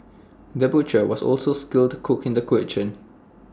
the butcher was also A skilled cook in the kitchen